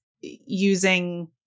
using